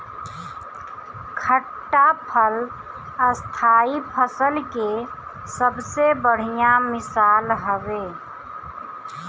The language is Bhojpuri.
खट्टा फल स्थाई फसल के सबसे बढ़िया मिसाल हवे